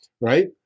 right